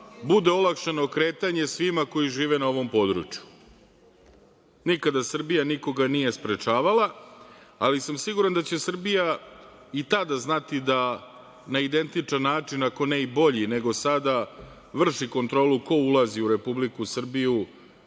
bude olakšano kretanje svima koji žive na ovom području. Nikada Srbija nikoga nije sprečavala, ali sam siguran da će Srbija i tada znati da na identičan način, ako ne i bolji nego sada vrši kontrolu ko ulazi u Republiku Srbiju,